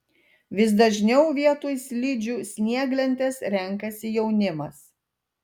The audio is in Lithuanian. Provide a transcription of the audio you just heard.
vis dažniau vietoj slidžių snieglentes renkasi jaunimas